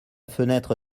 fenêtre